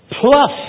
plus